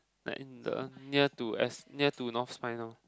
like in the near to S near to North Spine lor